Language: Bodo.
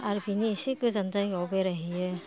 आरो बिनि इसे गोजान जायगायाव बेरायहैयो